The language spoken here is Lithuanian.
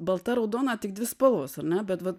balta raudona tik dvi spalvos ar ne bet vat